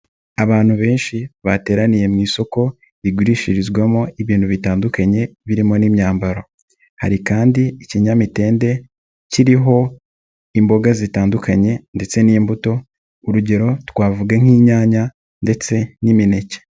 Abantu benshi bateraniye mu isoko rigurishirizwamo ibintu bitandukanye birimo n'imyambaro, hari kandi ikinyamitende kiriho imboga zitandukanye ndetse n'imbuto, urugero twavuga nk'inyanya ndetse n'imineke.